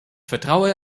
vertraue